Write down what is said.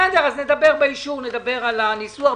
בסדר, אז בעת האישור נדבר על הניסוח.